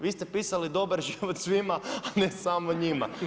Vi ste pisali dobar život svima, a ne samo njima.